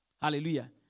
Hallelujah